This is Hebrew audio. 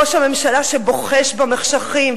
ראש הממשלה בוחש במחשכים,